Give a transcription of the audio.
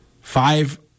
Five